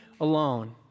alone